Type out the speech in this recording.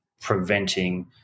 preventing